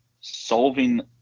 solving